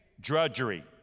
drudgery